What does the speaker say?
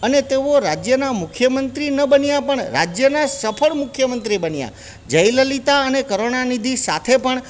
અને તેઓ રાજ્યના મુખ્યમંત્રી ન બન્યા પણ રાજ્યના સફળ મુખ્યમંત્રી બન્યા જયલલિતા અને કરુણાનિધિ સાથે પણ